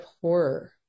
horror